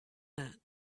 that